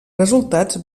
resultats